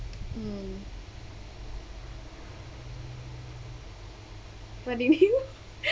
mm what do you mean